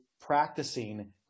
practicing